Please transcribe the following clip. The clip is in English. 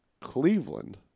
Cleveland